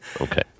Okay